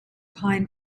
pine